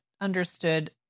understood